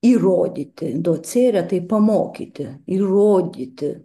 įrodyti docėre tai pamokyti įrodyti